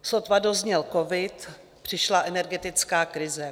Sotva dozněl covid, přišla energetická krize.